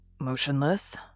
Motionless